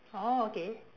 orh okay